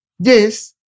Yes